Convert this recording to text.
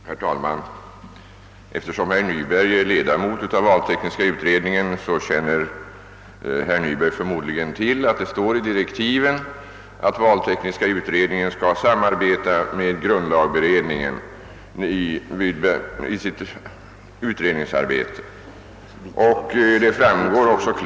Herr talman! Eftersom herr Nyberg är ledamot av valtekniska utredningen känner han säkerligen till att det i direktiven för utredningen står att den skall samarbeta med grundlagberedningen i utredningsarbetet.